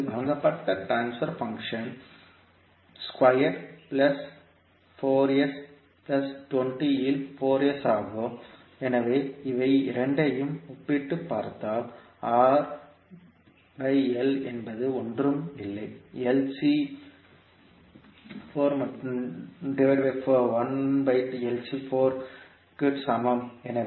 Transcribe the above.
எங்களுக்கு வழங்கப்பட்ட transfer function square plus 4 S plus 20 இல் 4 S ஆகும் எனவே இவை இரண்டையும் ஒப்பிட்டுப் பார்த்தால் R பை L என்பது ஒன்றும் இல்லை LC 4 மற்றும் 1 க்கு சமம் 20 க்கு சமம்